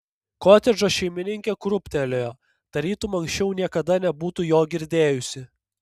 kotedžo šeimininkė krūptelėjo tarytum anksčiau niekada nebūtų jo girdėjusi